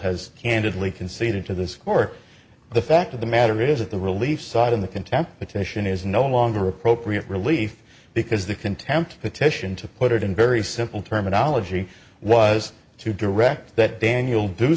has candidly conceded to this court the fact of the matter is that the relief sought in the contempt petition is no longer appropriate relief because the contempt petition to put it in very simple terminology was to direct that daniel do